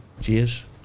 Cheers